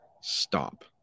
stop